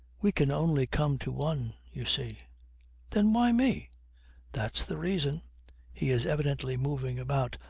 we can only come to one, you see then why me that's the reason he is evidently moving about,